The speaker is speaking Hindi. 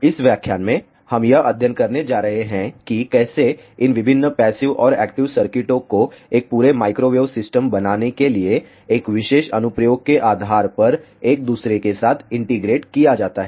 इस व्याख्यान में हम यह अध्ययन करने जा रहे हैं कि कैसे इन विभिन्न पैसिव और एक्टिव सर्किटों को एक पूरे माइक्रोवेव सिस्टम बनाने के लिए एक विशेष अनुप्रयोग के आधार पर एक दूसरे के साथ इंटीग्रेट किया जाता है